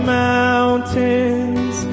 mountains